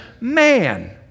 man